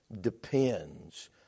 depends